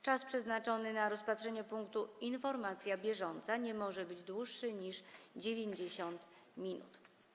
Czas przeznaczony na rozpatrzenie punktu: Informacja bieżąca nie może być dłuższy niż 90 minut.